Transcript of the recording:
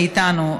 מאיתנו,